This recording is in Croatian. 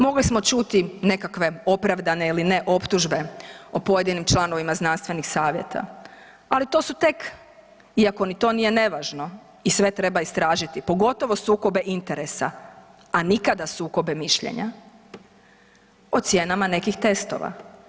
Mogli smo čuti nekakve opravdane ili ne optužbe o pojedinim članovima znanstvenih savjeta, ali to su tek iako i to nije nevažno i sve treba istražiti pogotovo sukobe interesa, a nikada sukobe mišljenja o cijenama nekih testova.